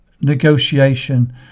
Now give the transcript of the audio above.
negotiation